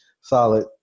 solid